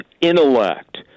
intellect